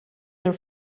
your